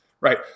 right